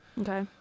Okay